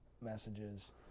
messages